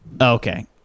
Okay